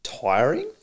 tiring